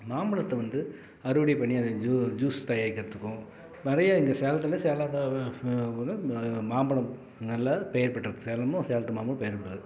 மாம்பழத்தை வந்து அறுவடை பண்ணி அதை ஜூ ஜூஸ் தயாரிக்கிறதுக்கும் நிறைய இங்கே சேலத்தில் சேலம் மாம்பழம் நல்லா பெயர் பெற்றது சேலமும் சேலத்து மாம்பழமும் பெயர் பெற்றது